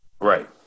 Right